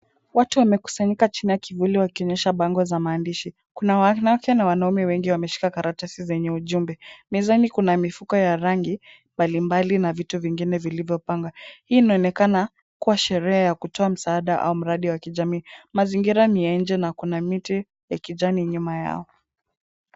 Watu wamekusanyika chini ya kivuli wakionyeshwa bango za maandishi. Kuna wanawake na wanaume wengi wameshika karatasi zenye ujumbe. Mezani kuna mifuko ya rangi mbalimbali na vitu vingine vilivyopangwa. Hili inaonekana kuwa sherehe ya kutoa msaada au miradi wa kijamii. Mazingira ni ya nje na kuna miti ya kijani imemea hapo.